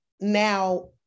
now